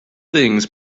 things